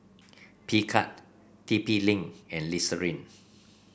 Picard T P Link and Listerine